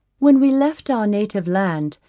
when we left our native land,